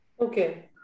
Okay